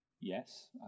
Yes